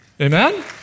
Amen